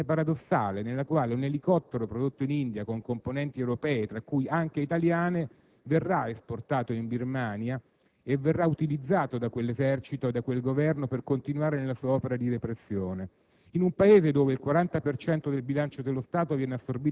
in Paesi terzi, oggi ci troviamo di fronte a una situazione paradossale nella quale un elicottero prodotto in India con componenti europee, tra cui italiane, verrà esportato in Birmania e verrà utilizzato da quell'esercito e da quel Governo per continuare nella sua opera di repressione,